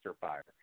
fire